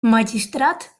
magistrat